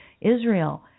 Israel